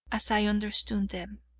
as i understood them,